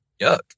yuck